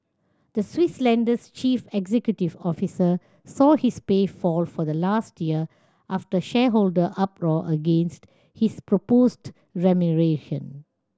the Swiss lender's chief executive officer saw his pay fall for last year after shareholder uproar against his proposed remuneration